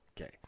Okay